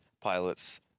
pilots